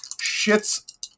shit's